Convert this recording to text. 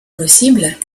possible